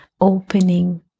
opening